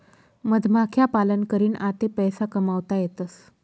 मधमाख्या पालन करीन आते पैसा कमावता येतसं